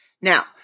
Now